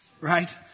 right